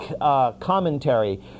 commentary